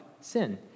Sin